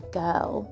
girl